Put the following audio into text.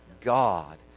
God